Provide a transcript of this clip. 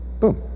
Boom